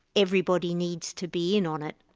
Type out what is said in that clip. everybody needs to be in on it.